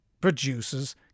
produces